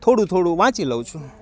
થોડું થોડું વાંચી લઉં છું